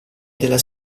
della